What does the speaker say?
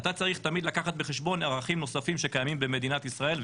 אתה צריך תמיד לקחת בחשבון ערכים נוספים שקיימים במדינת ישראל,